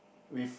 with